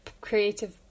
creative